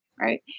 right